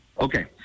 Okay